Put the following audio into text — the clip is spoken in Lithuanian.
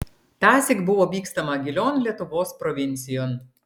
tąsyk buvo vykstama gilion lietuvos provincijon